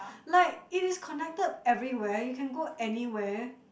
like it is connected everywhere you can go anywhere